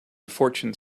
fortune